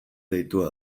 deitua